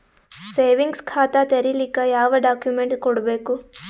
Savings ಖಾತಾ ತೇರಿಲಿಕ ಯಾವ ಡಾಕ್ಯುಮೆಂಟ್ ಕೊಡಬೇಕು?